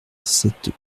sept